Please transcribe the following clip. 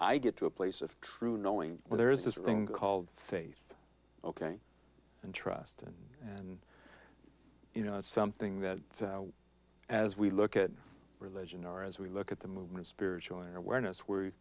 i get to a place of true knowing where there is this thing called faith ok and trust and and you know it's something that as we look at religion or as we look at the movement spiritual in awareness where